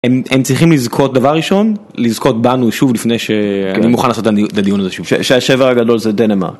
הם צריכים לזכות דבר ראשון לזכות בנו שוב לפני שאני מוכן לעשות את הדיון הזה שוב שהשבר הגדול זה דנמרק.